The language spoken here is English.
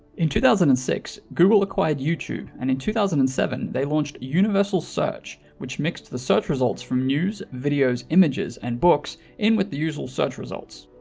in two thousand and six, google acquired youtube and in two thousand and seven, they launched universal search which mixed the search results from news, videos, images and books in with the usual search results.